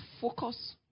focus